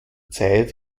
zeit